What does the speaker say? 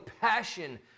passion